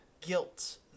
guilt